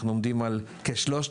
אנחנו עומדים על 3000,